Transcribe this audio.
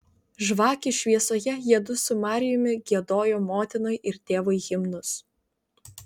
žvakių šviesoje jiedu su marijumi giedojo motinai ir tėvui himnus